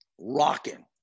rocking